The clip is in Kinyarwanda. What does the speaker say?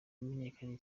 wamenyekanye